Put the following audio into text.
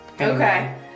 Okay